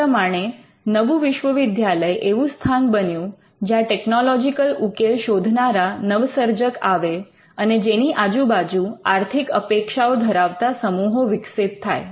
આ પ્રમાણે નવું વિશ્વવિદ્યાલય એવું સ્થાન બન્યું જ્યાં ટેકનોલોજીકલ ઉકેલ શોધનારા નવસર્જક આવે અને જેની આજુબાજુ આર્થિક અપેક્ષાઓ ધરાવતા સમૂહો વિકસિત થાય